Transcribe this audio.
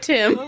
Tim